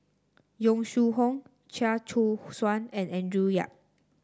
Yong Shu Hoong Chia Choo Suan and Andrew Yip